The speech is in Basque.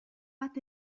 bat